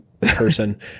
person